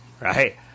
right